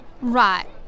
Right